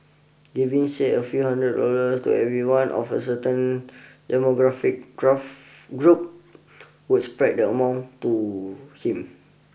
giving say a few hundred dollars to everyone of a certain demographic graph group would spread the amounts too him